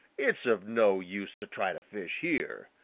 it's of no use to try to fish here.